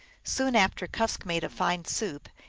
soon after, kusk made a fine soup,